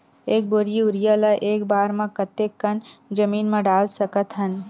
एक बोरी यूरिया ल एक बार म कते कन जमीन म डाल सकत हन?